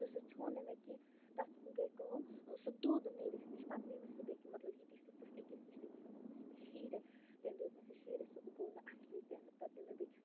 تہٕ سُہ ژھیوٚن نہٕ مےٚ کیٚنٛہہ تَتھ گٔے کٲم سُہ دوٚد نرِ نِش پَتہٕ نیٛوٗ سُہ مےٚ تٔتی مطلب ییٚتی سٕژس أکِس نِش تٔمۍ دٮُ۪ت مےٚ شیٖرتھ تٔمۍ دٮُ۪ت مےٚ سُہ شیٖرتھ سُہ گوٚو نہٕ اَصلٕے کیٚنٛہہ پَتہٕ نِیٛوٗ مےٚ بیٚیِس